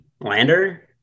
Lander